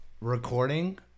recording